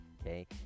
Okay